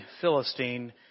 Philistine